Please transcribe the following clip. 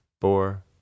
four